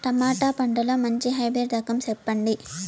Tomato పంటలో మంచి hybrid రకం చెప్పండి?